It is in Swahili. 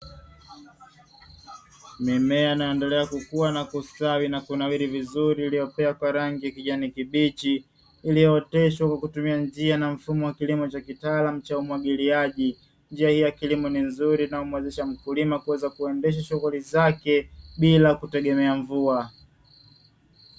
Mimea inaendelea kukua na kustawi na kunawiri vizuri iliyopea kwa rangi ya kijani kibichi iliyooteshwa kwa kutumia njia na mfumo wa kilimo cha kitaalamu cha umwagiliaji. Njia hii ya kilimo ni nzuri na inamwezesha mkulima kuendesha shughuli zake bila kiutegemea mvua.